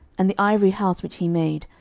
and the ivory house which he made,